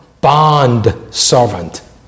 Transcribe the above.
bond-servant